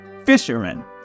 fisherman